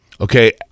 Okay